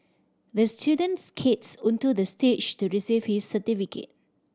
the student skated onto the stage to receive his certificate